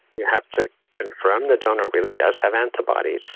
you have to confirm the donor really does have antibodies,